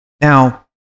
Now